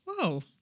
Whoa